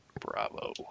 bravo